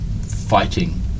fighting